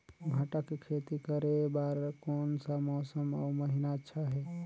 भांटा के खेती करे बार कोन सा मौसम अउ महीना अच्छा हे?